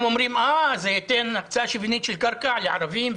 הם אומרים: זה ייתן הקצאה שוויונית של קרקע לערבים,